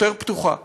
יותר פתוחה.